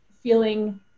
feeling